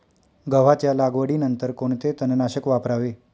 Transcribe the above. गव्हाच्या लागवडीनंतर कोणते तणनाशक वापरावे?